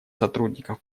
сотрудников